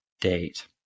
Date